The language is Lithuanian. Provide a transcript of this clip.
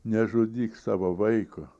nežudyk savo vaiko